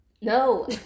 No